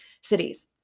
cities